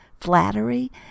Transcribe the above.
flattery